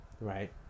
right